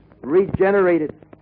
regenerated